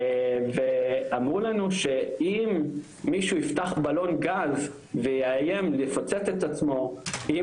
ואמרו לנו שאם מישהו יפתח בלון גז ויאיים לפוצץ את עצמו עם